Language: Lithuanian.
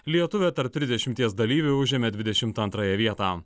lietuvė tarp trisdešimties dalyvių užėmė dvidešimt antrąją vietą